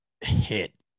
hit